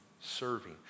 serving